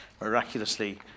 miraculously